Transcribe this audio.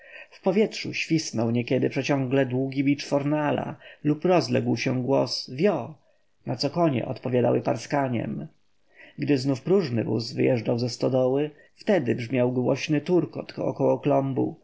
w powietrzu świsnął niekiedy przeciągle długi bicz fornala lub rozległ się głos wio na co konie odpowiadały parskaniem gdy znów próżny wóz wyjeżdżał ze stodoły wtedy brzmiał głośny turkot około klombu